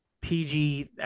PG